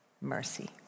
mercy